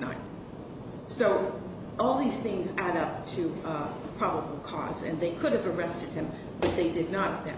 not so all these things add up to probable cause and they could have arrested him they did not know